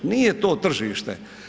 Nije to tržište.